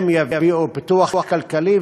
הם יביאו פיתוח כלכלי,